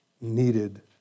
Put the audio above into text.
needed